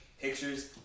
pictures